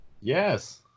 Yes